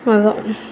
அதுதான்